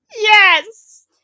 Yes